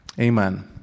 Amen